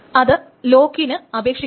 അത് ലോക്കിന് അപേക്ഷിക്കുന്നു